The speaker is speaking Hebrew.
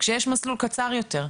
כשיש מסלול קצר יותר,